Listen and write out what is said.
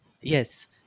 yes